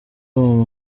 uwo